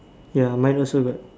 ya mine also got